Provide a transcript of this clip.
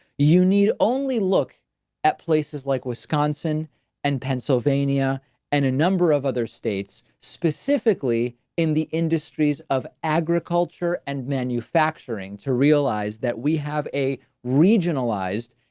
you need only look at places like wisconsin and pennsylvania and a number of other states, specifically in the industries of agriculture and manufacturing to realize that we have a regionalized,